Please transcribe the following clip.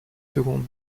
seconde